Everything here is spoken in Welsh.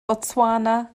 botswana